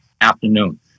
afternoon